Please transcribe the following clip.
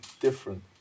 different